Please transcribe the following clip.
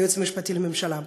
היועץ המשפטי לממשלה.